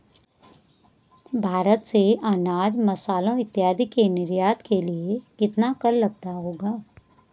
भारत से अनाज, मसालों इत्यादि के निर्यात के लिए कितना कर लगता होगा?